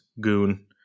goon